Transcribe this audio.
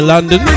London